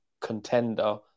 contender